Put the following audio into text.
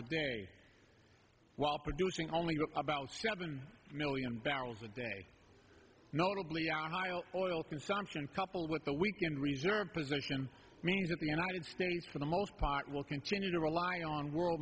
a day while producing only about seven million barrels a day notably oil consumption coupled with the weekend reserve position means that the united states for the most part will continue to rely on world